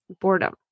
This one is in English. boredom